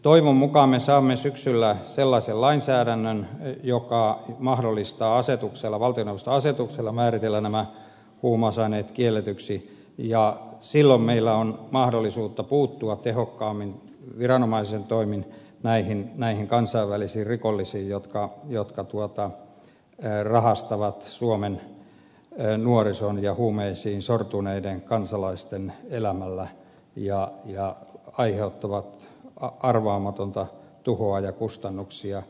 toivon mukaan me saamme syksyllä sellaisen lainsäädännön joka mahdollistaa valtioneuvoston asetuksella näiden huumausaineiden määrittelemisen kielletyksi ja silloin meillä on mahdollisuus puuttua tehokkaammin viranomaisen toimin näihin kansainvälisiin rikollisiin jotka rahastavat suomen nuorison ja huumeisiin sortuneiden kansalaisten elämällä ja aiheuttavat arvaamatonta tuhoa ja kustannuksia